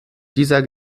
dieser